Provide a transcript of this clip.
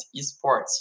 esports